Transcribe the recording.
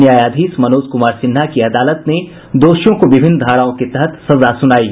न्यायाधीश मनोज कुमार सिन्हा की अदालत ने दोषियों को विभिन्न धाराओं के तहत सजा सुनायी